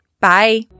Bye